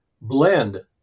blend